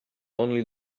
only